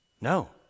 No